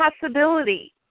possibility